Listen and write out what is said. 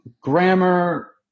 grammar